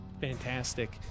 Fantastic